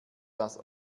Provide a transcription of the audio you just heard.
das